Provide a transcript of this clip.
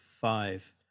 five